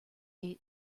eight